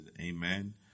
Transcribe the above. Amen